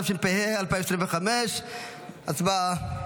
התשפ"ה 2025. הצבעה.